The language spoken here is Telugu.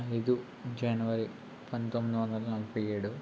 ఐదు జనవరి పంతొమ్మిది వందల నలభై ఏడు